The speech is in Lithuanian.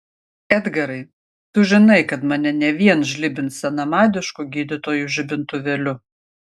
edgarai tu žinai kad mane ne vien žlibins senamadišku gydytojų žibintuvėliu